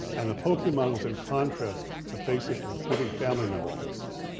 and the pokemon was in contrast to faces, including family member faces.